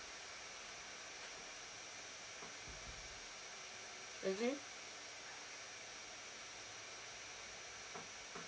mmhmm